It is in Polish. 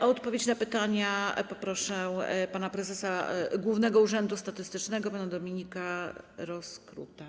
O odpowiedź na pytania poproszę prezesa Głównego Urzędu Statystycznego pana Dominika Rozkruta.